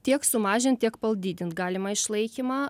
tiek sumažint tiek padidint galima išlaikymą